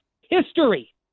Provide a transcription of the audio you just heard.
history